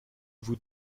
vous